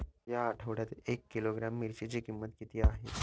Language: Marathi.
या आठवड्यात एक किलोग्रॅम मिरचीची किंमत किती आहे?